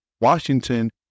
Washington